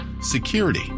Security